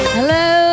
Hello